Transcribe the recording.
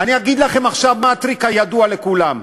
אני אגיד לכם עכשיו מה הטריק הידוע לכולם.